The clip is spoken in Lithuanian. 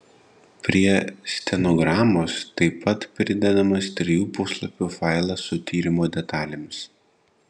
prie stenogramos taip pat pridedamas trijų puslapių failas su tyrimo detalėmis